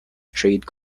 trade